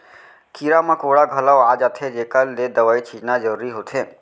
कीरा मकोड़ा घलौ आ जाथें जेकर ले दवई छींचना जरूरी होथे